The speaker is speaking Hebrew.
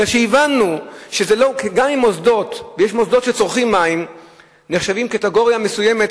כי הבנו שגם אם מוסדות שצורכים מים נחשבים בקטגוריה מסוימת,